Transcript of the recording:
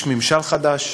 יש ממשל חדש,